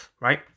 right